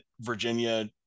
virginia